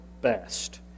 best